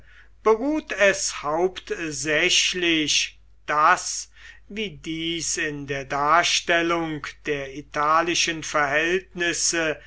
beruht es hauptsächlich daß wie dies in der darstellung der italischen verhältnisse